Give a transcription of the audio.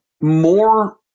more